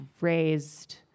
raised